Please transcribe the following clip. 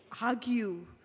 argue